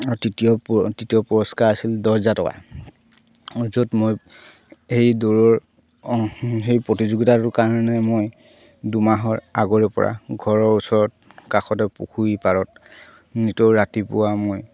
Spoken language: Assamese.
আৰু তৃতীয় তৃতীয় পুৰস্কাৰ আছিল দহ হজাৰ টকা য'ত মই সেই দৌৰৰ সেই প্ৰতিযোগিতাটো কাৰণে মই দুমাহৰ আগৰে পৰা ঘৰৰ ওচৰত কাষতে পুখুৰী পাৰত নিতৌ ৰাতিপুৱা মই